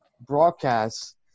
broadcast